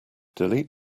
delete